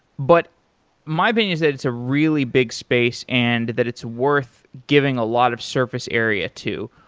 but my opinion is that it's a really big space and that it's worth giving a lot of surface area too.